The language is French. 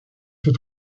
ses